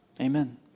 Amen